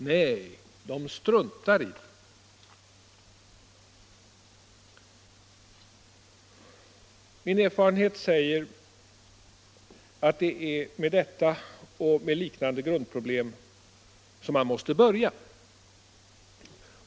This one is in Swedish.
Nej, de struntar i det.” Min erfarenhet säger mig att det är med dessa och liknande grundproblem man måste börja.